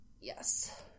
Yes